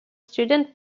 student